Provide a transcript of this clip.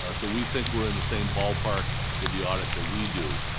ah so, we think we're in the same ballpark with the audit that we do.